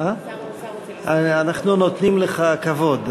אנחנו נותנים לך כבוד,